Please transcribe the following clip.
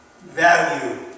value